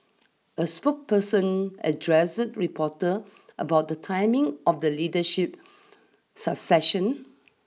a spokesperson addressed reporter about the timing of the leadership succession